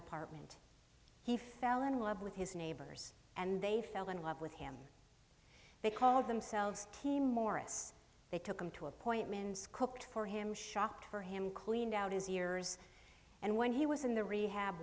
apartment he fell in love with his neighbors and they fell in love with him they called themselves team morris they took him to appointments cooked for him shopped for him cleaned out his ears and when he was in the rehab